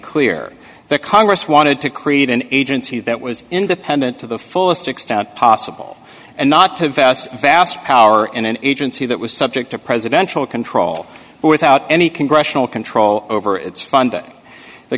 clear that congress wanted to create an agency that was independent to the fullest extent possible and not to vast vast power in an agency that was subject to presidential control without any congressional control over its fun